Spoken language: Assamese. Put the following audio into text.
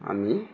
আমি